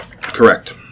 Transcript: Correct